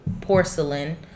porcelain